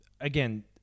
Again